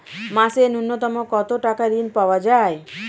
মাসে নূন্যতম কত টাকা ঋণ পাওয়া য়ায়?